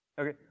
Okay